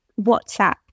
WhatsApp